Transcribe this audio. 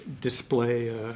display